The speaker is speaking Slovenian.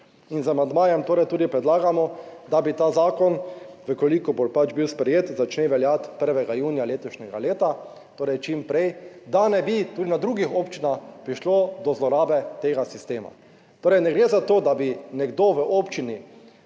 in z amandmajem torej tudi predlagamo, da bi ta zakon v kolikor bo pač bil sprejet, začne veljati 1. junija letošnjega leta, torej čim prej, da ne bi tudi na drugih občinah prišlo do zlorabe tega sistema. Torej ne gre za to, da bi nekdo v občini